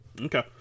Okay